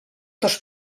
dos